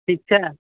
ठीक छै